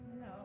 No